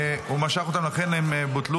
הוא משך את ההסתייגויות, לכן הן בוטלו.